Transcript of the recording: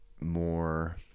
more